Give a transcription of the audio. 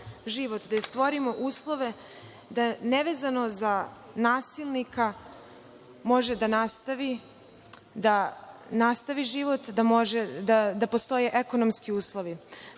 da joj stvorimo uslove da nevezano za nasilnika može da nastavi život, da postoje ekonomski uslovi.